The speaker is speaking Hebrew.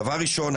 דבר ראשון,